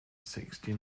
sixty